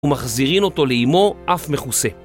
ומחזירין אותו לאימו אף מכוסה.